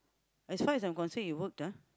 as far as I'm concerned it worked ah